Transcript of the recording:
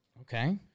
Okay